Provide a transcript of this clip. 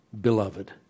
beloved